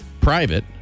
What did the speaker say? private